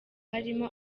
harimo